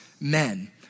men